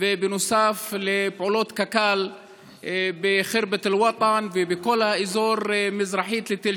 ונוסף לפעולות קק"ל בח'רבת אל-וטן ובכל האזור ממזרח לתל